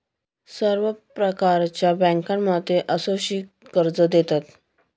सर्व प्रकारच्या बँकांमध्ये असुरक्षित कर्ज देतात